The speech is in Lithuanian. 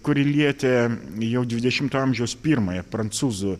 kuri lietė jau dvidešimto amžiaus pirmąją prancūzų